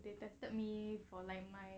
they tested me for like my